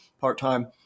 part-time